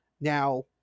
now